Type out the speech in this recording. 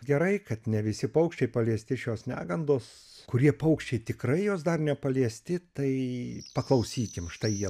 gerai kad ne visi paukščiai paliesti šios negandos kurie paukščiai tikrai jos dar nepaliesti tai paklausykim štai jie